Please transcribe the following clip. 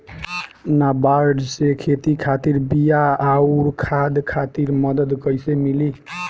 नाबार्ड से खेती खातिर बीया आउर खाद खातिर मदद कइसे मिली?